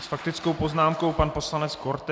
S faktickou poznámkou pan poslanec Korte.